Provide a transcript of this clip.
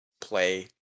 play